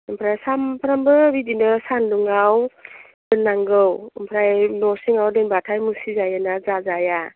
ओमफ्राय सानफ्रोमबो बिदिनो सान्दुङाव दोननांगौ ओमफ्राय न' सिङाव दोनबाथाय मुसि जायो ना जाजाया